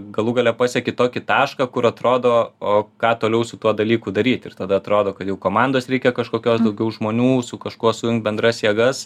galų gale pasieki tokį tašką kur atrodo o ką toliau su tuo dalyku daryt ir tada atrodo kad jau komandos reikia kažkokios daugiau žmonių su kažkuo sujungt bendras jėgas